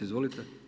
Izvolite.